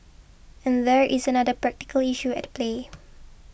and there is another practical issue at play